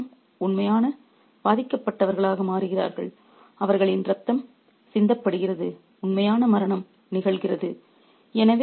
இரண்டு பிரபுக்களும் உண்மையான பாதிக்கப்பட்டவர்களாக மாறுகிறார்கள் அவர்களின் இரத்தம் சிந்தப்படுகிறது உண்மையான மரணம் நிகழ்கிறது